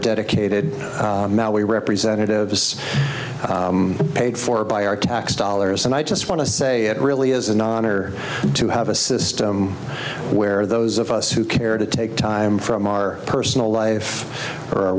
dedicated now we are representatives paid for by our tax dollars and i just want to say it really is an honor to have a system where those of us who care to take time from our personal life or